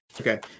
Okay